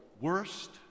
Worst